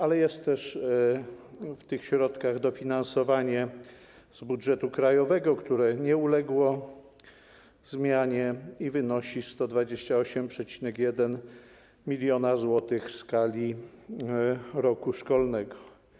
Ale jest też w tych środkach dofinansowanie z budżetu krajowego, które nie uległo zmianie i wynosi 128,1 mln zł w skali roku szkolnego.